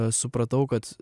supratau kad